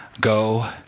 Go